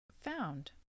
found